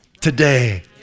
Today